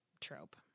trope